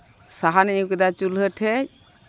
ᱥᱟᱦᱟᱱ ᱤᱧ ᱟᱹᱜᱩ ᱠᱮᱫᱟ ᱪᱩᱞᱦᱟᱹ ᱴᱷᱮᱡ